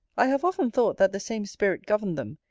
i have often thought that the same spirit governed them,